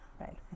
right